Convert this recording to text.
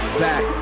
back